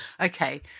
okay